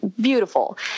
beautiful